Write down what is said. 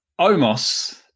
Omos